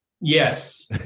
Yes